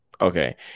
Okay